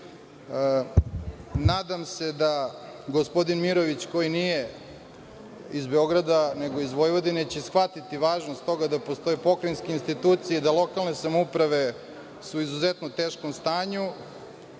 rast. Nadam se da gospodin Mirović, koji nije iz Beograda nego iz Vojvodine će shvatiti važnost toga da postoje pokrajinske institucije i da lokalne samouprave su u izuzetno teškom stanju. Nadam